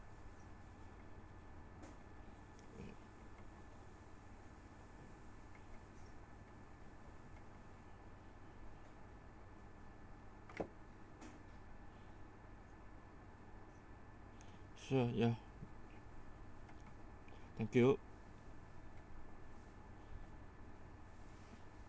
sure ya thank you